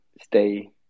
stay